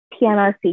PNRC